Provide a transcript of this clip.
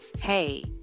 hey